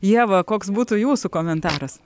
ieva koks būtų jūsų komentaras